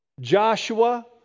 Joshua